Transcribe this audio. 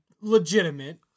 legitimate